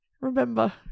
remember